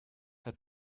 had